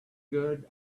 good